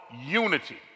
unity